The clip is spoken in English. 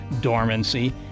dormancy